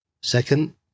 Second